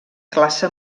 classe